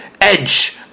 edge